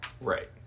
Right